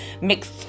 mixed